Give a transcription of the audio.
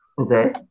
Okay